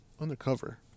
Undercover